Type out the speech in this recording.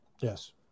Yes